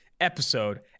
episode